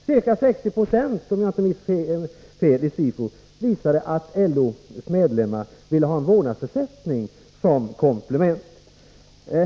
Om jag inte minns fel visade SIFO-undersökningen att ca 60 90 av LO:s medlemmar ville ha vårdnadsersättning som alternativ.